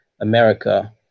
America